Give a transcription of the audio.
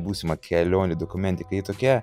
būsimą kelionių dokumentiką ji tokia